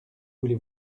voulez